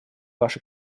ваши